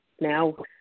now